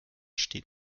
steht